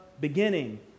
beginning